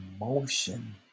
emotion